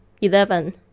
Eleven